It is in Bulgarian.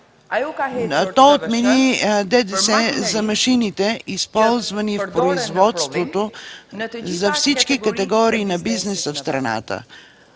То отмени ДДС за машините, използвани в производството за всички категории на бизнеса в страната.